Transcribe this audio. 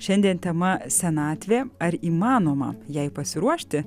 šiandien tema senatvė ar įmanoma jai pasiruošti